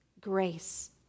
grace